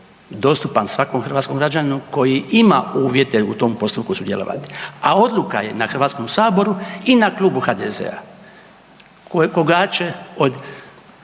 dostupan svakom hrvatskom građaninu koji ima uvjete u tom postupku sudjelovati, a odluka je na Hrvatskom saboru i na Klubu HDZ-a koga će od